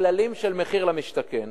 הכללים של מחיר למשתכן